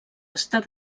estar